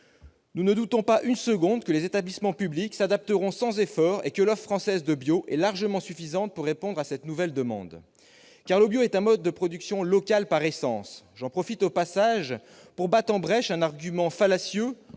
Nous ne doutons pas une seconde que les établissements publics s'adapteront sans effort et que l'offre française de bio est largement suffisante pour répondre à cette nouvelle demande. Car le bio est un mode de production par essence local. Je profite de l'occasion pour battre en brèche l'argument fallacieux,